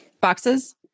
Boxes